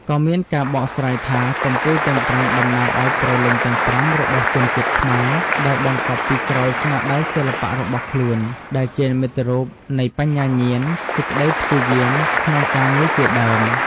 ក៏មានការបកស្រាយថា កំពូលទាំងប្រាំតំណាងឱ្យព្រលឹងទាំងប្រាំរបស់ជនជាតិខ្មែរ ដែលបង្កប់ពីក្រោយស្នាដៃសិល្បៈរបស់ខ្លួន ដែលជានិមិត្តរូបនៃ បញ្ញាញាណ សេចក្ដីព្យាយាមក្នុងការងារជាដើម។